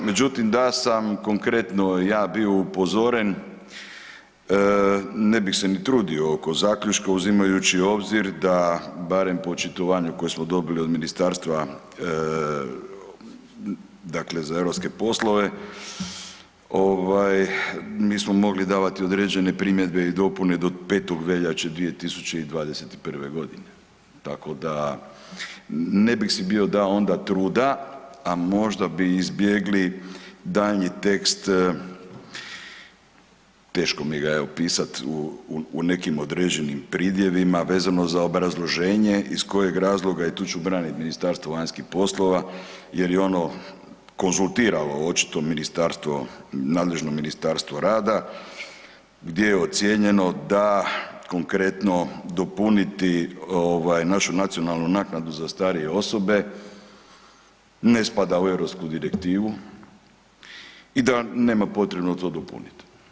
Međutim, da sam konkretno ja bio upozoren, ne bih se ni trudio oko zaključka, uzimajući u obzir da, barem po očitovanju koje smo dobili od Ministarstva, dakle za europske poslove, mi smo mogli davati određene primjedbe i dopune do 5. veljače 2021. godine, tako da, ne bih si bio dao onda truda, a možda bi izbjegli daljnji tekst, teško mi ga je opisati u nekim određenim pridjevima, vezano za obrazloženje iz kojeg razloga, i tu ću braniti Ministarstvo vanjskih poslova, jer je ono konzultiralo očito Ministarstvo, nadležno Ministarstvo rada, gdje je ocjenjeno da konkretno dopuniti ovaj, našu nacionalnu naknadu za starije osobe, ne spada u EU direktivu i da nema potrebe to dopuniti.